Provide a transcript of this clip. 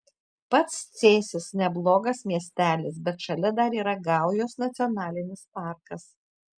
pats cėsis neblogas miestelis bet šalia dar yra gaujos nacionalinis parkas